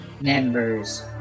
members